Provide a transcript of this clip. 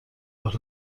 راه